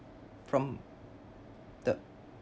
from the